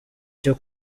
cyo